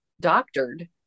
doctored